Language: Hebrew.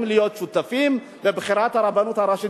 להיות שותפים בבחירת הרבנות הראשית,